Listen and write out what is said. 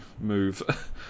move